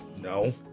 No